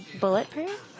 bulletproof